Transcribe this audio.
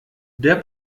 der